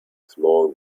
small